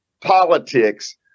politics